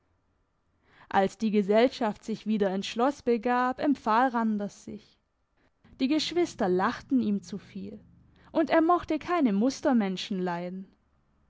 als die gesellschaft sich wieder ins schloss begab empfahl randers sich die geschwister lachten ihm zu viel und er mochte keine mustermenschen leiden